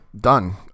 done